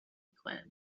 quin